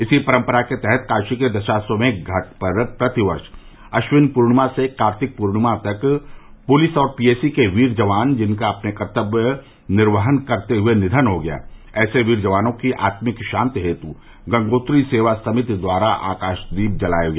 इसी परंपरा के तहत काशी के दशाश्वमेध घाट पर प्रति वर्ष अश्विन पूर्णिमा से कार्तिक पूर्णिमा तक पुलिस और पीएसी के वीर जवान जिनका अपने कर्तव्य का निर्वहन करते हए निधन हो गया ऐसे वीर जवानों की आत्मिक शान्ति हेतु गंगोत्री सेवा समिति द्वारा आकाशदीप जलाया गया